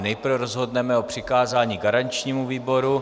Nejprve rozhodneme o přikázání garančnímu výboru.